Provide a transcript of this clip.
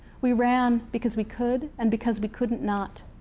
we ran, because we could, and because we couldn't not.